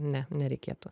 ne nereikėtų